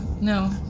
No